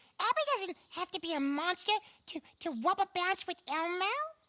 abby doesn't have to be a monster to to wubber bounce with elmo.